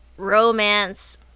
Romance